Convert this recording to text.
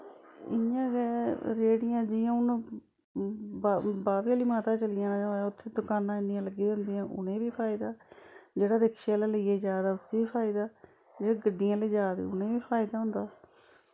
इ'यां रेह्ड़ियां जि'यां हून बा बाह्बे आह्ली माता चली जाना होऐ उत्थे दकानां इन्नियां लग्गी दियां होंदियां उनें बी फायदा जेह्ड़ा रिक्शे आह्ला लेईयै जा दा उस्सी बी फायदा जेह्के गड्डियें आह्ले जादे उनें बी फायदा होंदा